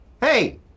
Hey